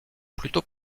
plutôt